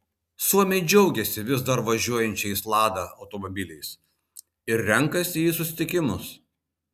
suomiai džiaugiasi vis dar važiuojančiais lada automobiliais ir renkasi į susitikimus